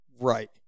Right